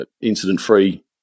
incident-free